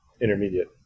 Intermediate